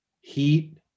Heat